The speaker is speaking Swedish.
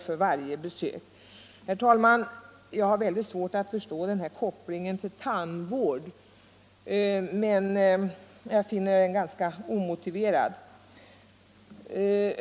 för varje besök.” Herr talman! Jag har mycket svårt att förstå denna koppling till tandvård, som jag finner ganska omotiverad.